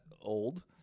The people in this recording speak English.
old